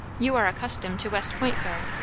you are accustomed to west point fare.